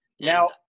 Now